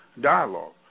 Dialogue